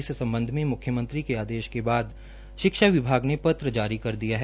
इस सम्बध में म्ख्यमंत्री के आदेश के बाद शिक्षा विभाग ने पत्र जारी कर दिया है